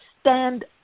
stand